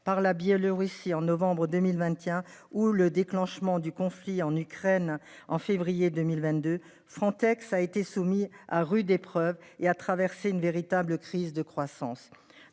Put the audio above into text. par la Biélorussie, en novembre 2000, maintien ou le déclenchement du conflit en Ukraine en février 2022, Frontex a été soumis à rude épreuve et a traversé une véritable crise de croissance